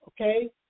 Okay